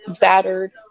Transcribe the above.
battered